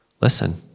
listen